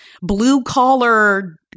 blue-collar